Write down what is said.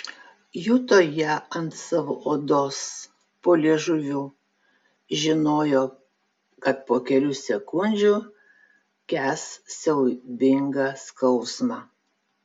juto ją ant savo odos po liežuviu žinojo kad po kelių sekundžių kęs siaubingą skausmą